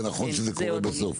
זה נכון שזה קורה בסוף.